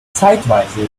zeitweise